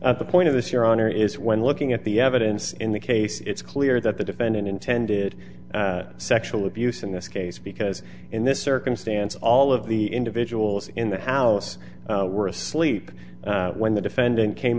plans the point of this your honor is when looking at the evidence in the case it's clear that the defendant intended sexual abuse in this case because in this circumstance all of the individuals in the house were asleep when the defendant came